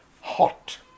hot